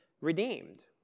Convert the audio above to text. redeemed